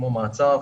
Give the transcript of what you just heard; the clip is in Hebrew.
כמו מעצר,